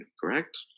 correct